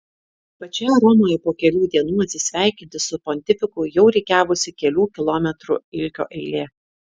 pačioje romoje po kelių dienų atsisveikinti su pontifiku jau rikiavosi kelių kilometrų ilgio eilė